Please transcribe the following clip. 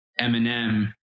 Eminem